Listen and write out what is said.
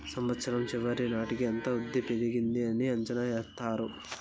సంవచ్చరం చివరి నాటికి ఎంత వృద్ధి పెరిగింది అని అంచనా ఎత్తారు